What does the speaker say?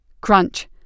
Crunch